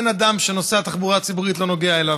אין אדם שנושא התחבורה הציבורית לא נוגע לו.